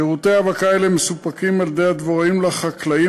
שירותי ההאבקה האלה מסופקים על-ידי הדבוראים לחקלאים,